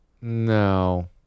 No